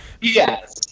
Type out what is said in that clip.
Yes